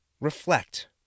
Reflect